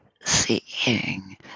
Seeing